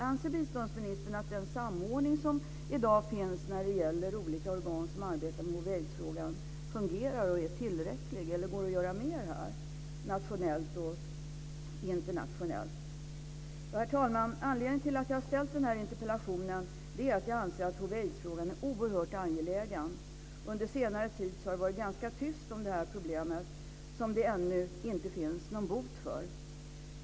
Anser biståndsministern att den samordning som i dag finns när det gäller olika organ som arbetar med hiv aids-frågan är oerhört angelägen. Under senare tid har det varit ganska tyst om det här problemet, som det ännu inte finns någon bot för.